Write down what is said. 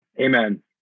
Amen